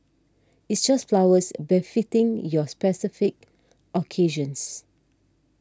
it's just flowers befitting your specific occasions